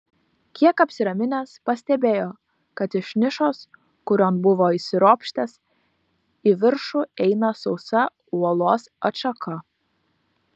kiek apsiraminęs pastebėjo kad iš nišos kurion buvo įsiropštęs į viršų eina sausa uolos atšaka